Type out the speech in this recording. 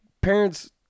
parents